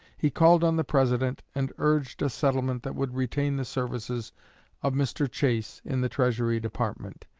he called on the president and urged a settlement that would retain the services of mr. chase in the treasury department.